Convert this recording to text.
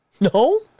No